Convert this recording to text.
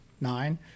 nine